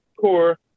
core